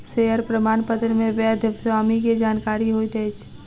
share प्रमाणपत्र मे वैध स्वामी के जानकारी होइत अछि